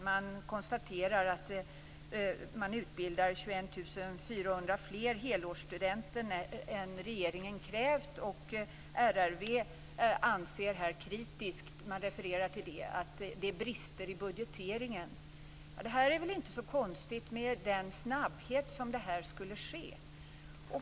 Man konstaterar att man utbildar 21 400 fler helårsstudenter än regeringen krävt och refererar till att RRV anser att det är brister i budgeteringen. Detta är väl inte så konstigt med tanke på den snabbhet som detta skulle ske.